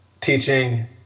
teaching